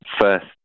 first